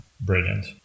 Brilliant